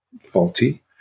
faulty